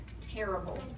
terrible